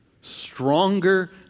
Stronger